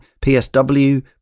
psw